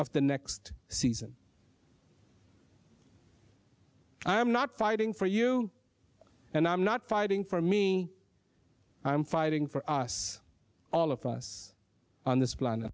of the next season i'm not fighting for you and i'm not fighting for me i'm fighting for us all of us on this planet